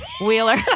Wheeler